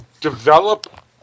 develop